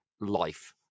life